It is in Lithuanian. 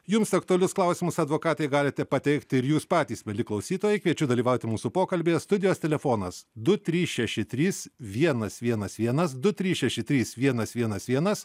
jums aktualius klausimus advokatei galite pateikti ir jūs patys mieli klausytojai kviečiu dalyvauti mūsų pokalbyje studijos telefonas du trys šeši trys vienas vienas vienas du trys šeši trys vienas vienas vienas